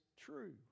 true